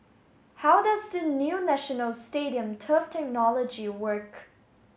how does the new National Stadium turf technology work